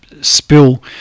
spill